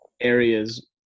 areas